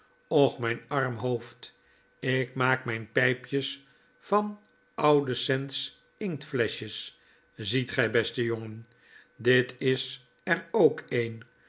och myn arm hoofd ik maak myne pypjes van oude cents inktfleschjes ziet gij beste jongen dit is er ook een